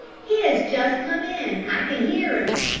he has just come in, i can hear him.